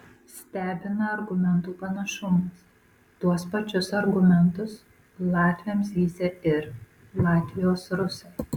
stebina argumentų panašumas tuos pačius argumentus latviams zyzia ir latvijos rusai